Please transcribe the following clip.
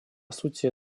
сути